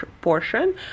Portion